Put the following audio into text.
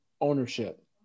ownership